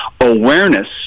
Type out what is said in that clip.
Awareness